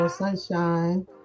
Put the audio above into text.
sunshine